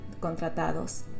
contratados